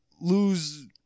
lose